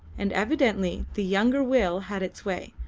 and evidently the younger will had its way,